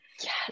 yes